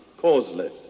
causeless